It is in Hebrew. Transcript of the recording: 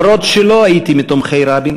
אף שלא הייתי מתומכי רבין